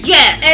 yes